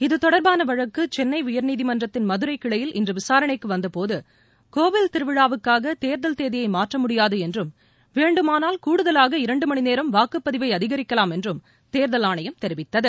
இத்தொடர்பானவழக்குசென்னைஉயர்நீதிமன்றத்தின் மதுரைகிளையில் இன்றுவிசாரணைக்குவந்தபோது கோவில் திருவிழாவுக்காகதேர்தல் தேதியைமாற்றமுடியாதுஎன்றும் வேண்டுமானால் கூடுதலாக இரண்டுமணிநேரம் வாக்குப்பதிவைஅதிகரிக்கலாம் என்றும் தேர்தல் ஆணையம் தெரிவித்தது